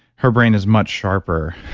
her brain is much sharper.